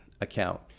account